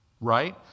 right